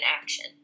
action